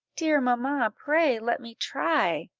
dear mamma, pray let me try!